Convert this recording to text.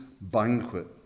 banquet